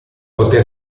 poté